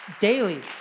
daily